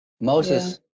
moses